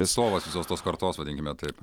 atstovas visos tos kartos vadinkime taip